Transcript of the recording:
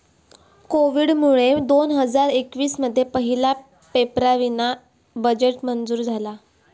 कोविडमुळे दोन हजार एकवीस मध्ये पहिला पेपरावीना बजेट मंजूर झाला